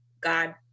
God